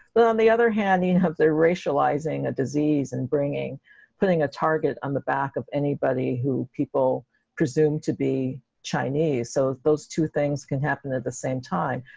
but on the other hand you and have their racializing a disease and bringing putting a target on the back of anybody who people presume to be chinese so those two things can happen at the same time.